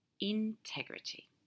integrity